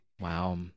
Wow